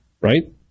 right